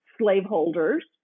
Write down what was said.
slaveholders